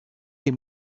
les